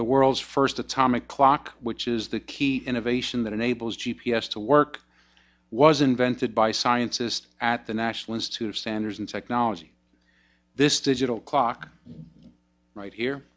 the world's first atomic clock which is the key innovation that enables g p s to work was invented by scientists at the national institute of standards and technology this digital clock right here